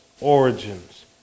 origins